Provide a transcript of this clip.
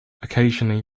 occasionally